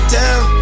down